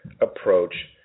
approach